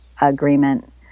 Agreement